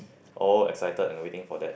all excited and waiting for that